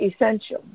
essential